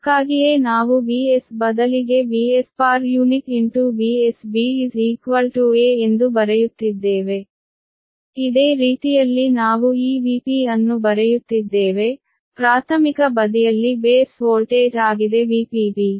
ಅದಕ್ಕಾಗಿಯೇ ನಾವು Vsಬದಲಿಗೆ VspuVsB a ಎಂದು ಬರೆಯುತ್ತಿದ್ದೇವೆ ಇದೇ ರೀತಿಯಲ್ಲಿ ನಾವು ಈ Vp ಅನ್ನು ಬರೆಯುತ್ತಿದ್ದೇವೆ ಪ್ರಾಥಮಿಕ ಬದಿಯಲ್ಲಿ ಬೇಸ್ ವೋಲ್ಟೇಜ್ ಆಗಿದೆ VpB